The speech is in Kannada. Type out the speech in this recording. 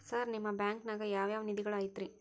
ಸರ್ ನಿಮ್ಮ ಬ್ಯಾಂಕನಾಗ ಯಾವ್ ಯಾವ ನಿಧಿಗಳು ಐತ್ರಿ?